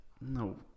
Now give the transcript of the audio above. No